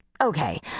Okay